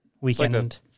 weekend